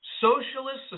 socialist